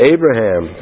Abraham